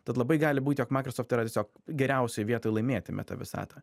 tad labai gali būti jog maikrosoft yra tiesiog geriausioj vietoj laimėti meta visatą